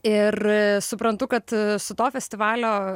ir suprantu kad su to festivalio